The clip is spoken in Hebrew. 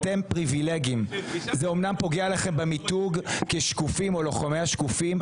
זה אמנם פוגע בכם במיתוג כשקופים או לוחמי השקופים,